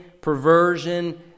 perversion